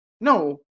No